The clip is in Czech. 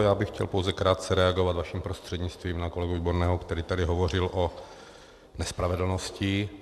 Já bych chtěl pouze krátce reagovat vaším prostřednictvím na kolegu Výborného, který tady hovořil o nespravedlnosti.